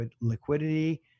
liquidity